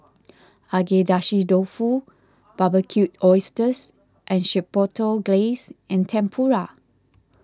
Agedashi Dofu Barbecued Oysters with Chipotle Glaze and Tempura